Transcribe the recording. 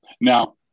Now